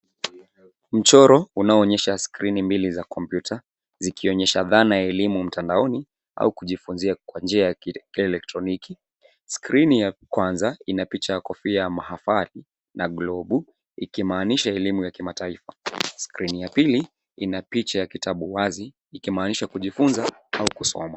Mchoro unaoonyesha skrini mbili za kompyuta zikionyesha dhana ya elimu mtandaoni, au kujifunzia kwa njia ya kielektroniki. Skrini ya kwanza ina picha ya kofia ya mahafadhi na globu ikimaanisha elimu ya kimataifa. Skrini ya pili ina picha ya kitabu wazi ikimaanisha kujifunza au kusoma.